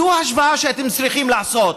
זו ההשוואה שאתם צריכים לעשות,